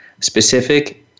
specific